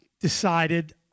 decided